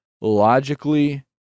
logically